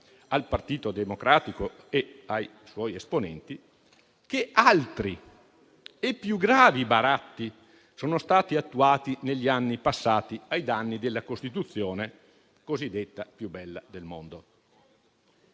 al Partito Democratico e ai suoi esponenti, che altri e più gravi baratti sono stati attuati negli anni passati ai danni della cosiddetta Costituzione più bella del mondo.